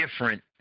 different